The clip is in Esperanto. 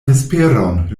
vesperon